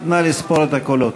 אינה נוכחת ז'קי לוי,